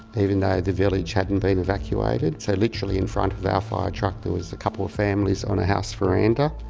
even though the village hadn't been evacuated so literally in front of our yeah fire truck there was a couple of families on a house veranda.